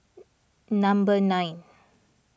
number nine